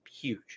huge